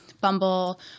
Bumble